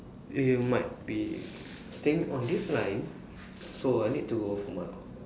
you might be staying on this line so I need to go for my